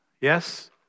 yes